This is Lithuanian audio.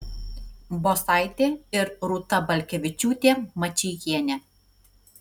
bosaitė ir rūta balkevičiūtė mačeikienė